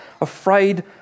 afraid